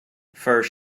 first